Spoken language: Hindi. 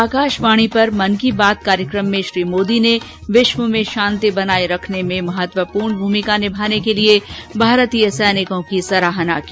आकाशवाणी पर मन की बात कार्यक्रम में श्री मोदी ने विश्व में शांति बनाये रखने में महत्वपूर्ण भूमिका निभाने के लिए भारतीय सैनिकों की सराहना की